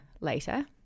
later